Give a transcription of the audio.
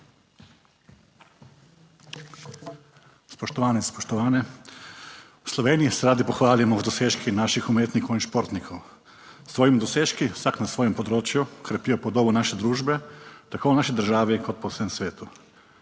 Spoštovane, spoštovani! V Sloveniji se radi pohvalimo z dosežki naših umetnikov in športnikov. S svojimi dosežki vsak na svojem področju krepijo podobo naše družbe tako v naši državi kot po vsem svetu.